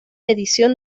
edición